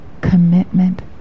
commitment